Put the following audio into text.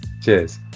cheers